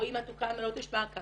רואים מה תוקן ועל מה עוד יש מעקב.